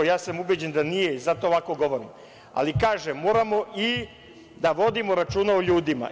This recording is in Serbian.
Ja sam ubeđen da nije i zato ovako govorim, ali, kažem, moramo da vodimo računa i o ljudima.